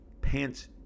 pants